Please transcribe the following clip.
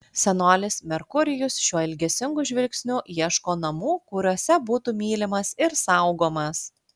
senolis merkurijus šiuo ilgesingu žvilgsniu ieško namų kuriuose būtų mylimas ir saugomas